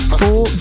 four